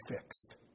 fixed